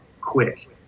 quick